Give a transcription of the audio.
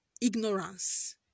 ignorance